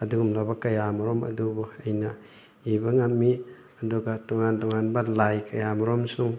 ꯑꯗꯨꯒꯨꯝꯂꯕ ꯀꯌꯥ ꯃꯔꯨꯝ ꯑꯗꯨꯕꯨ ꯑꯩꯅ ꯏꯕ ꯉꯝꯃꯤ ꯑꯗꯨꯒ ꯇꯣꯉꯥꯟ ꯇꯣꯉꯥꯟꯕ ꯂꯥꯏ ꯀꯌꯥꯃꯔꯨꯝꯁꯨ